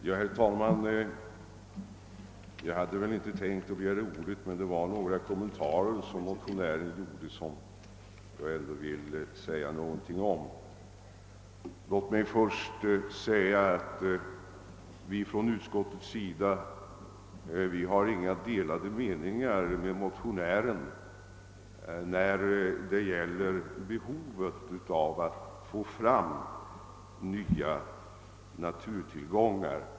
Herr talman! Jag hade egentligen inte tänkt begära ordet, men motionären gjorde några kommentarer som jag ändå vill säga något om. Låt mig först framhålla att det inte råder några delade meningar mellan oss inom utskottet och motionären när det gäller behovet av att få fram nya naturtillgångar.